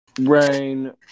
Rain